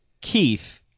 Keith